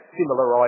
similar